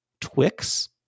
Twix